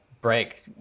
break